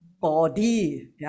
body